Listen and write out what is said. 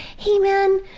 hey man,